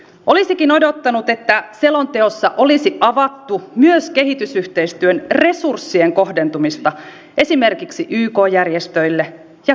olisikin odottanut että selonteossa olisi avattu myös kehitysyhteistyön resurssien kohdentumista esimerkiksi yk järjestöille ja kehityspankeille